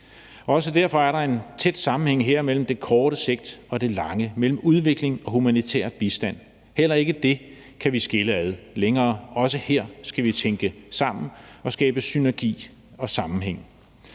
Også derfor er der en tæt sammenhæng her mellem det korte sigt og det lange sigt, mellem udvikling og humanitær bistand. Heller ikke det kan vi skille ad længere; også her skal vi tænke sammen og skabe synergi og sammenhæng.